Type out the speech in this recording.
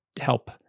help